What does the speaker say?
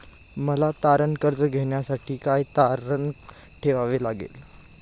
मला तारण कर्ज घेण्यासाठी काय तारण ठेवावे लागेल?